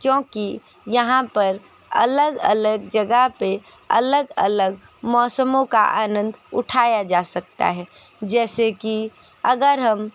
क्योंकि यहाँ पर अलग अलग जगह पर अलग अलग मौसमों का आनंद उठाया जा सकता है जैसे कि अगर हम